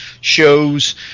shows